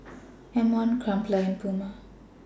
M one Crumpler and Puma